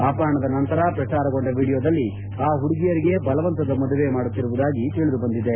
ಅಪಹರಣದ ನಂತರ ಪ್ರಚಾರಗೊಂಡ ವಿಡಿಯೋದಲ್ಲಿ ಆ ಹುಡುಗಿಯರಿಗೆ ಬಲವಂತದ ಮದುವೆ ಮಾಡುತ್ತಿರುವುದಾಗಿ ತಿಳಿದು ಬಂದಿದೆ